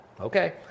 Okay